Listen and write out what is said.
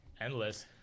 endless